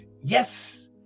Yes